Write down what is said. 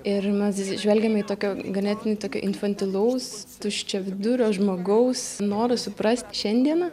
ir mes žvelgiame į tokio ganėtinai tokio infantilaus tuščiavidurio žmogaus norą suprast šiandieną